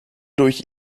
durch